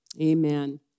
Amen